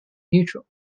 neutral